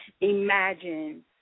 imagine